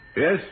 Yes